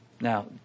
Now